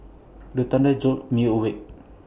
the thunder jolt me awake